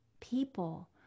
people